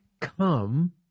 come